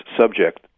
subject